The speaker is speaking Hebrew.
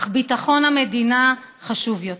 אך ביטחון המדינה חשוב יותר.